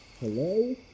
Hello